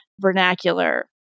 vernacular